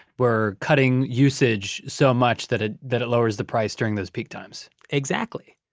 we're cutting usage so much that ah that it lowers the price during those peak times? exactly.